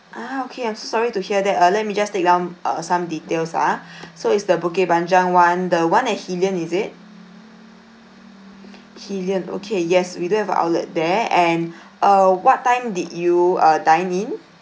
ah okay I'm so sorry to hear that uh let me just take down uh some details ah so is the bukit panjang [one] the [one] at hillion is it hillion okay yes we do have a outlet there and uh what time did you uh dine in